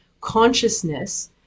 consciousness